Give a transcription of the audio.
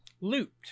Loot